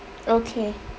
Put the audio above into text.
okay